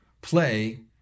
play